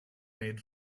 made